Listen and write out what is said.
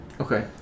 Okay